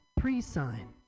pre-sign